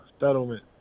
settlement